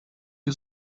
you